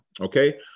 okay